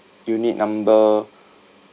unit number